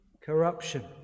Corruption